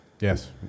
Yes